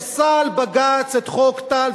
פסל בג"ץ את חוק טל,